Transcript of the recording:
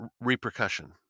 repercussion